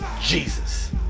Jesus